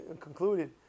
concluded